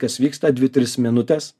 kas vyksta dvi tris minutes